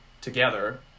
together